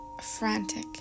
Frantic